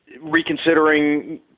reconsidering